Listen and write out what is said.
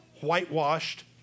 whitewashed